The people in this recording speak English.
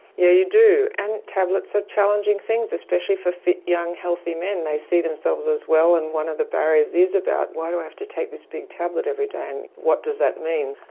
yeah you do, and tablets are challenging things, especially for fit, young, healthy men. they see themselves as well, and one of the barriers is about why do i have to take this big tablet every day and what does that mean.